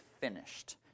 finished